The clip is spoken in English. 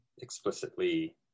explicitly